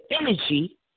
energy